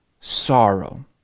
sorrow